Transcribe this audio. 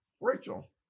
Rachel